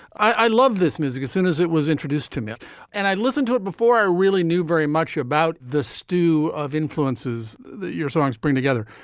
i love this music. as soon as it was introduced to me and i listened to it before, i really knew very much about the stew of influences that your songs bring together.